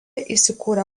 įsikūrę